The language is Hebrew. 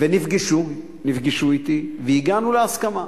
נפגשו אתי והגענו להסכמה.